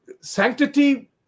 Sanctity